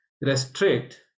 restrict